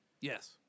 Yes